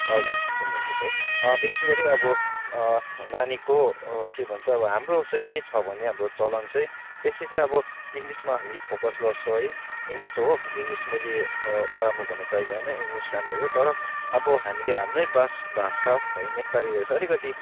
हजुर सुन्नुहुँदैछ है विशेषगरी अब नानीको के भन्छ हाम्रो चाहिँ के छ भने हाम्रो चलन चाहिँ बेसी चाहिँ अब इङ्लिसमा हामी फोकस गर्छौँ है इङ्लिस हो इङ्लिस मैले नराम्रो भन्नु चाहेको हैन इङ्लिस राम्रै हो तर अब हामीले हाम्रै बास भाषा है नेपालीलाई चाहिँ अलिकति